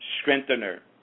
Strengthener